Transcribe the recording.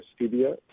stevia